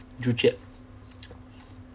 joo-chiat